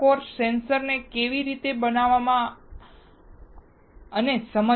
આ course sensor ને કેવી રીતે બનાવવા તે સમજવા પર નથી